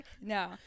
No